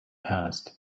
passed